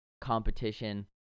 competition